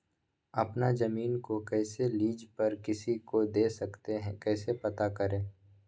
अपना जमीन को कैसे लीज पर किसी को दे सकते है कैसे पता करें?